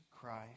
Christ